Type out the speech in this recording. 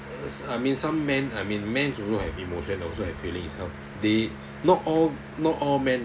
uh I mean some men I mean men also have emotion also have feelings itself they not all not all men